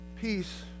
Peace